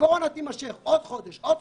הקורונה תימשך עוד חודש, חודשיים,